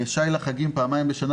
שי לחגים פעמיים בשנה,